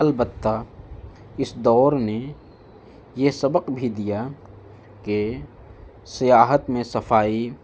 البتہ اس دور نے یہ سبق بھی دیا کہ سیاحت میں صفائی